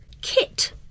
Kit